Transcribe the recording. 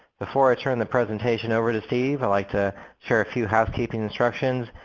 before i turn the presentation over to steve, i'd like to share a few housekeeping instructions.